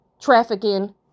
Trafficking